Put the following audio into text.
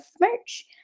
merch